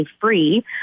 free